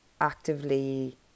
actively